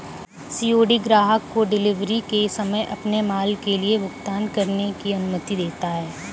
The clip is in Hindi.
सी.ओ.डी ग्राहक को डिलीवरी के समय अपने माल के लिए भुगतान करने की अनुमति देता है